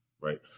right